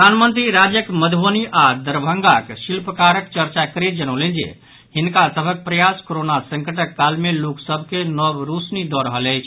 प्रधानमंत्री राज्यक मध्रबनी आओर दरभंगाक शिल्पकारक चर्चा करैत जनौलनि जे हिनका सभक प्रयास कोरोना संकटक काल मे लोक सभ के नव रोशनी दऽ रहल अछि